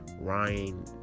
Ryan